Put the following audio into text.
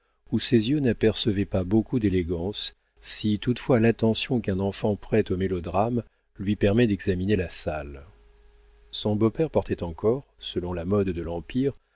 où ses yeux n'apercevaient pas beaucoup d'élégance si toutefois l'attention qu'un enfant prête au mélodrame lui permet d'examiner la salle son beau-père portait encore selon la mode de l'empire